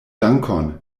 dankon